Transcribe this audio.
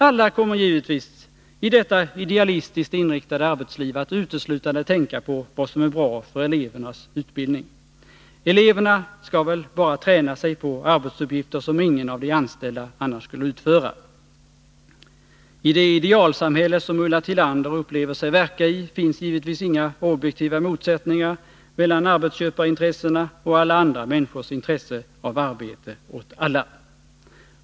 Alla kommer givetvis i detta idealistiskt inriktade arbetsliv att uteslutande tänka på vad som är bra för elevernas utbildning. Eleverna skall väl bara träna sig på arbetsuppgifter som ingen av de anställda annars skulle utföra. I det idealsamhälle som Ulla Tillander upplever sig verka i finns givetvis inga objektiva motsättningar mellan arbetsköparintressena och alla andra människors intresse av arbete åt alla.